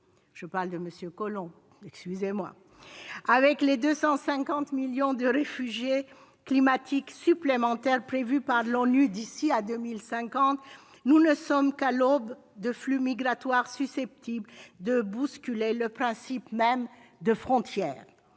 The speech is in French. Je parle évidemment de M. Collomb. On avait compris ! Avec les 250 millions de réfugiés climatiques supplémentaires prévus par l'ONU d'ici à 2050, nous ne sommes qu'à l'aube de flux migratoires susceptibles de bousculer le principe même de frontière.